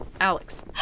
Alex